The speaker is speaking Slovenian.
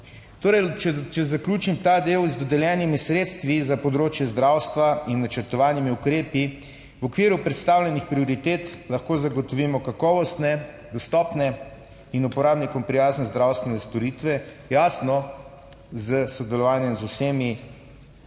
če zaključim ta del z dodeljenimi sredstvi za področje zdravstva in načrtovanimi ukrepi. V okviru predstavljenih prioritet lahko zagotovimo kakovostne, dostopne in uporabnikom prijazne zdravstvene storitve, jasno, s sodelovanjem z vsemi